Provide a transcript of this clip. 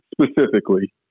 specifically